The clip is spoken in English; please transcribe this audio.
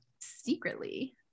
secretly